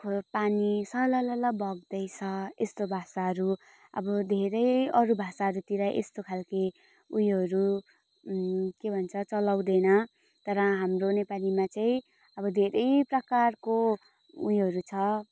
खोलो पानी सललल बग्दै छ यस्तो भाषाहरू अब धेरै अरू भाषाहरूतिर यस्तो खालके उयोहरू के भन्छ चलाउँदैन तर हाम्रो नेपालीमा चाहिँ अब धेरै प्रकारको उयोहरू छ